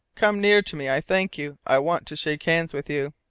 come near to me. i thank you. i want to shake hands with you.